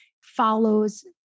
follows